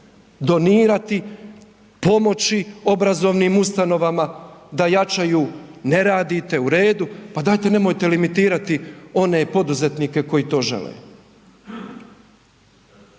donirati, pomoći obrazovnim ustanovama da jačaju, ne radite, u redu, pa dajte nemojte limitirati one poduzetnike koji to žele.